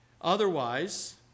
Otherwise